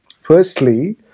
firstly